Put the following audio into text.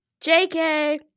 JK